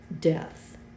death